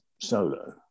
solo